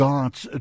God's